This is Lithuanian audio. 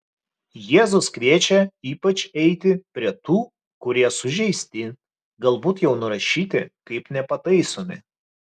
jėzus kviečia ypač eiti prie tų kurie sužeisti galbūt jau nurašyti kaip nepataisomi